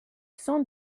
sans